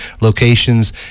locations